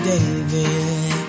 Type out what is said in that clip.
David